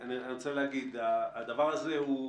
אני רוצה להגיד שהדבר הזה הוא